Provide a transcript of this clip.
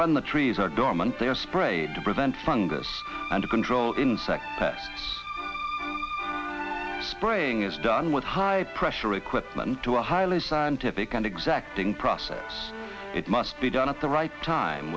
when the trees are dormant they are sprayed to prevent fungus and to control insect spraying is done with high pressure equipment to a highly scientific and exacting process it must be done at the right time